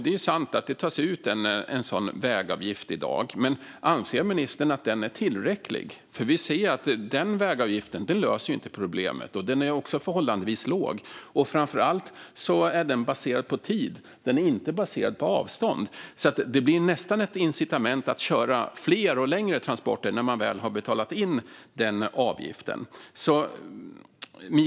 Det är sant att det tas ut en sådan avgift i dag, men anser ministern att den är tillräcklig? Vi ser att vägavgiften inte löser problemet. Den är också förhållandevis låg, och framför allt är den baserad på tid. Den är inte baserad på avstånd, så det blir nästan ett incitament att köra fler och längre transporter när man väl har betalat in avgiften.